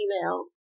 email